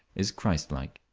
is christlike.